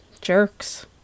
jerks